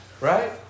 Right